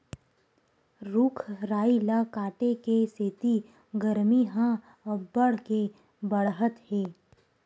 रूख राई ल काटे के सेती गरमी ह अब्बड़ के बाड़हत हे